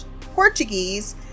portuguese